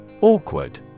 Awkward